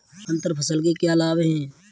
अंतर फसल के क्या लाभ हैं?